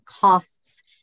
costs